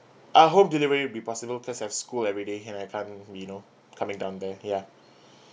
uh home delivery will be possible because I have school everyday and I can't you know coming down there ya